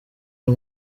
uyu